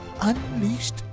Unleashed